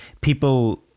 people